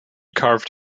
carved